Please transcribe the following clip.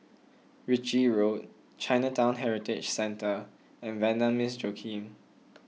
Ritchie Road Chinatown Heritage Centre and Vanda Miss Joaquim